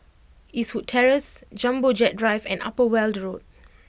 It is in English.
Eastwood Terrace Jumbo Jet Drive and Upper Weld Road